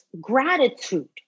gratitude